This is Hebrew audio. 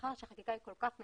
מאחר שהחקיקה היא כל כך ניטרלית,